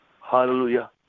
hallelujah